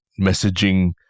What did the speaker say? messaging